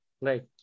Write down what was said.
Right